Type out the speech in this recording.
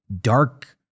dark